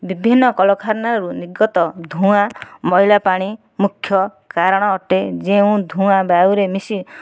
ବିଭିନ୍ନ କଳକାରଖାନାରୁ ନିର୍ଗତ ଧୂଆଁ ମଇଳା ପାଣି ମୁଖ୍ୟ କାରଣ ଅଟେ ଯେଉଁ ଧୂଆଁ ବାୟୁରେ ମିଶି